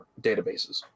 databases